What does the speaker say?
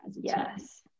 Yes